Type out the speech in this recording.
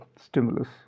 stimulus